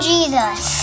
Jesus